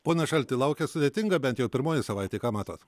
pone šalti laukia sudėtinga bent jau pirmoji savaitė ką matot